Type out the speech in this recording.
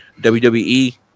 WWE